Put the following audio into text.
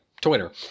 Twitter